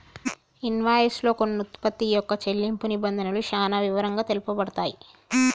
invoice లో కొన్న వుత్పత్తి యొక్క చెల్లింపు నిబంధనలు చానా వివరంగా తెలుపబడతయ్